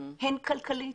הן כלכלית,